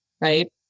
right